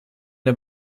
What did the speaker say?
der